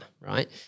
right